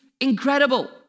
incredible